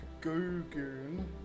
goon